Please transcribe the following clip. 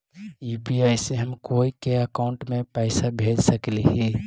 UPI से हम कोई के अकाउंट में पैसा भेज सकली ही?